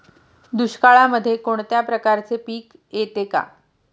दुष्काळामध्ये कोणत्या प्रकारचे पीक येते का?